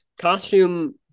costume